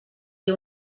dir